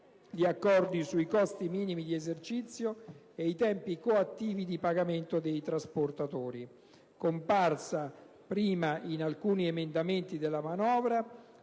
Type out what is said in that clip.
gli accordi sui costi minimi di esercizio e i tempi coattivi di pagamento dei trasportatori. Comparsa prima in alcuni emendamenti della manovra,